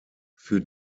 für